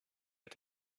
est